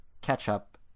ketchup